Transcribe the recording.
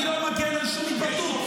אני לא מגן על שום התבטאות.